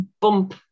bump